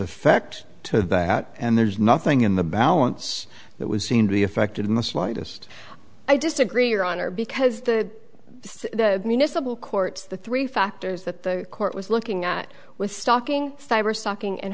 effect to that and there's nothing in the balance that would seem to be affected in the slightest i disagree your honor because the municipal court the three factors that the court was looking at was stalking cyber stalking and